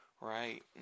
right